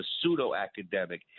pseudo-academic